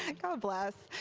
and god bless.